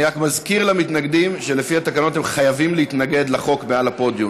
אני רק מזכיר למתנגדים שלפי התקנון הם חייבים להתנגד לחוק מעל הפודיום.